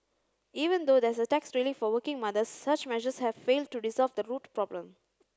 even though there is a tax relief for working mothers such measures have failed to resolve the root problem